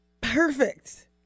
perfect